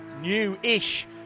new-ish